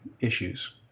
issues